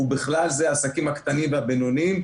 ובכלל זה לעסקים הקטנים והבינוניים.